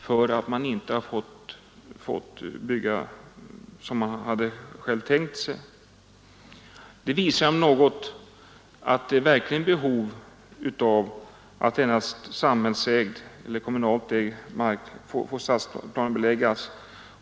Det visar om något att det verkligen finns behov av en bestämmelse om att endast samhällsägd mark får stadsplaneläggas.